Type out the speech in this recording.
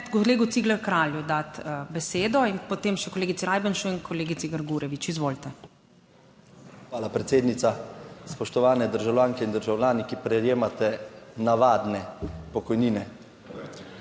Hvala predsednica. Spoštovane državljanke in državljani, ki prejemate navadne pokojnine!